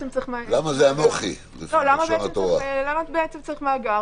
למה צריך בעצם מאגר?